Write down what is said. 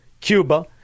Cuba